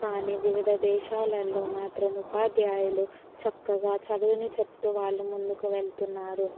కానీ వివిధ దేశాలల్లో మాత్రం ఉపాధ్యాయులు చక్కగా చదువుని చెప్తూ వాళ్ళు ముందుకు వెళ్తున్నారు